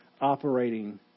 operating